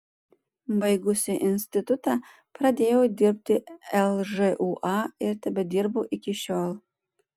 baigusi institutą pradėjau dirbti lžūa ir tebedirbu iki šiol